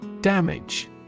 Damage